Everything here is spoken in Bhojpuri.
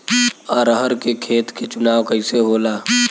अरहर के खेत के चुनाव कइसे होला?